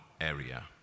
area